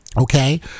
okay